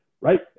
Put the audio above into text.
right